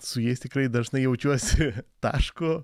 su jais tikrai dažnai jaučiuosi tašku